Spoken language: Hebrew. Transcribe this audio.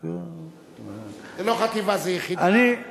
300. זו לא חטיבה, זו יחידה.